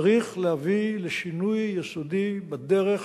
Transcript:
צריך להביא לשינוי יסודי בדרך